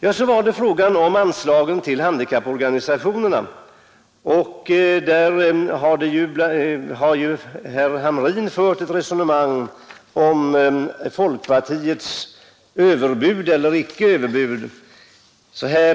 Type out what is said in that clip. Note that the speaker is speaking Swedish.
I fråga om anslaget till handikapporganisationerna har herr Hamrin fört ett resonemang om folkpartiets överbud eller icke överbud.